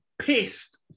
pissed